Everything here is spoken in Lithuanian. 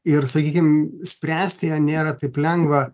ir sakykim spręsti ją nėra taip lengva